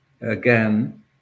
again